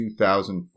2004